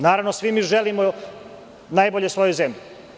Naravno, svi mi želimo najbolje svojoj zemlji.